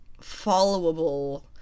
followable